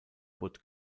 boot